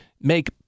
make